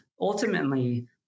Ultimately